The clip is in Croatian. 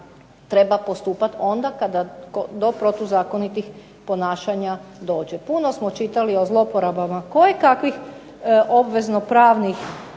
treba postupati onda do protuzakonitih ponašanja dođe. Puno smo čitali o zlouporabama koje kakvih obvezno pravnih